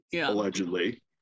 allegedly